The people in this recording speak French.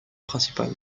principal